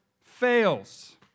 fails